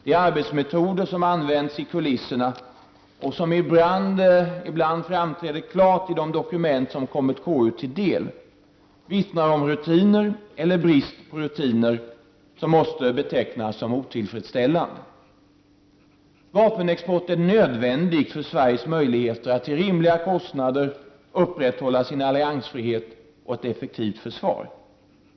De arbetsmetoder som använts i kulisserna — och som ibland framträder klart i de dokument som kommit KU till del — vittnar om rutiner, eller brist på rutiner, som måste betecknas som otillfredsställande. Vapenexporten är nödvändig för Sveriges möjligheter att till rimliga kostnader upprätthålla sin alliansfrihet och ett effektivt försvar.